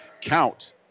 Count